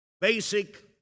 basic